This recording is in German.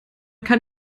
kann